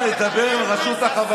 לקרסוליים שלך.